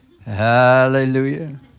Hallelujah